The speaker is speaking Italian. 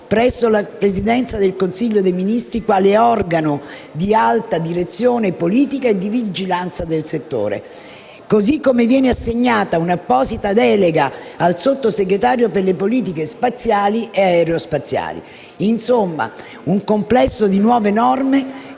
presso la Presidenza del Consiglio dei ministri, quale organo di alta direzione politica e di vigilanza del settore. Allo stesso modo viene assegnata un'apposita delega ad un Sottosegretario per le politiche spaziali e aerospaziali. Si tratta insomma di un complesso di nuove norme,